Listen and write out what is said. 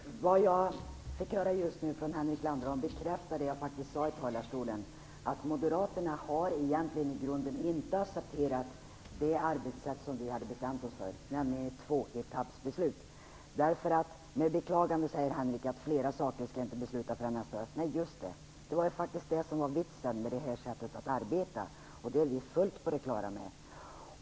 Fru talman! Vad jag fick höra från Henrik Landerholm bekräftar faktiskt det jag sade från talarstolen, att Moderaterna i grunden inte har accepterat det arbetssätt som vi hade bestämt oss för, nämligen tvåetappsbeslut. Med beklagande säger han nu att flera saker inte kommer att beslutas förrän nästa höst. Nej, just det, det var vitsen med det här sättet att arbeta. Det är vi fullt på det klara med.